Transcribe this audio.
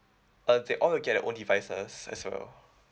uh they all will get a own devices as well